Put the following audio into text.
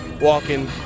walking